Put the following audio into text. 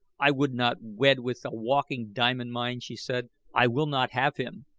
i would not wed with a walking diamond-mine, she said. i will not have him.